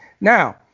now